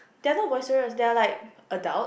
they are not boisterous they are like adult